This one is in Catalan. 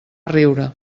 riure